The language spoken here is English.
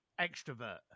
extrovert